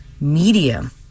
media